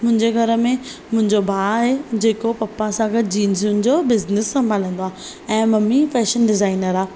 मुंहिंजे घर में मुंहिंजो भाउ आहे जेको पप्पा सा गॾु जींसनि जो बिज़नेस संभालींदो आहे ऐं मम्मी फ़ैशन डिज़ाइनर आहे